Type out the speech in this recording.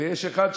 ויש אחד,